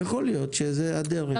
יכול להיות שזאת הדרך.